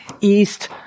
east